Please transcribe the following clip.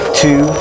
two